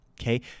Okay